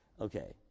okay